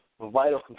vital